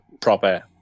proper